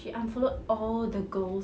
she unfollowed all the girls